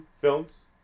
films